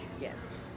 Yes